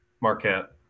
Marquette